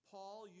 Paul